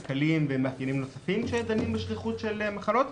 כלכליים ומאפיינים נוספים כשדנים בשכיחות של מחלות,